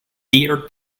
dear